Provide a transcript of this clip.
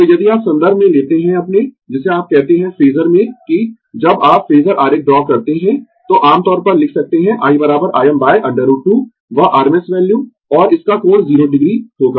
तो यदि आप संदर्भ में लेते है अपने जिसे आप कहते है फेजर में कि जब आप फेजर आरेख ड्रा करते है तो आम तौर पर लिख सकते है i Im √ 2 वह rms वैल्यू और इसका कोण 0o होगा